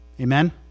Amen